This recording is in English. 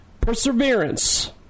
Perseverance